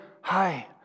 Hi